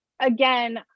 again